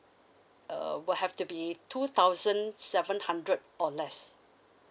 uh will have to be two thousand seven hundred or less